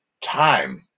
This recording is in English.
time